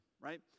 right